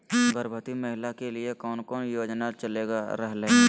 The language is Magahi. गर्भवती महिला के लिए कौन कौन योजना चलेगा रहले है?